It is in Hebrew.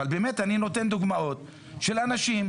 אבל אני נותן דוגמאות של אנשים.